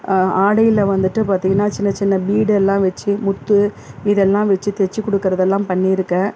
ஆடையில் வந்துட்டு பார்த்தீங்கன்னா சின்ன சின்ன பீடெல்லாம் வெச்சு முத்து இதெல்லாம் வெச்சு தெச்சு கொடுக்கறதெல்லாம் பண்ணியிருக்கேன்